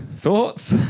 thoughts